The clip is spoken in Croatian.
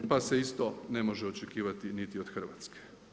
Pa se isto ne može očekivati niti od Hrvatske.